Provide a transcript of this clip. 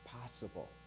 possible